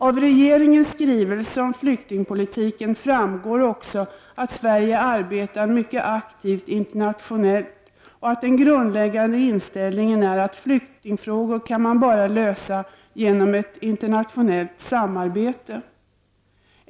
Av regeringens skrivelse om flyktingpolitiken framgår även att Sverige arbetar mycket aktivt på det internationella planet och att den grundläggande inställningen är att flyktingfrågorna bara kan lösas genom internationellt samarbete.